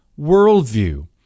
worldview